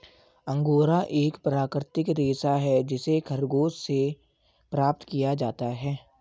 angora एक प्राकृतिक रेशा है जिसे खरगोश से प्राप्त किया जाता है